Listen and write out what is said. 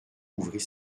ouvrit